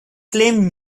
claimed